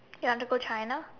you wanna go China